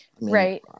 right